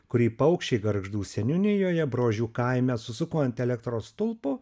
kurį paukščiai gargždų seniūnijoje brožių kaime susuko ant elektros stulpo